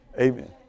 amen